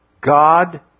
God